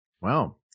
Wow